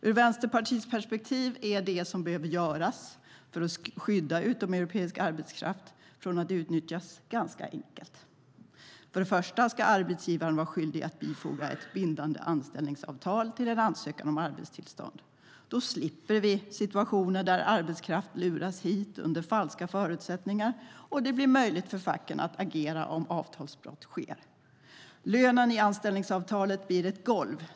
Ur Vänsterpartiets perspektiv är det som behöver göras för att skydda utomeuropeisk arbetskraft från att utnyttjas ganska enkelt. För det första ska arbetsgivaren vara skyldig att bifoga ett bindande anställningsavtal till en ansökan om arbetstillstånd. Då slipper vi situationer där arbetskraft luras hit under falska förutsättningar, och det blir möjligt för facken att agera om avtalsbrott sker. Lönen i anställningsavtalet blir ett golv.